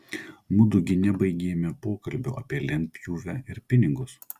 mudu gi nebaigėme pokalbio apie lentpjūvę ir pinigus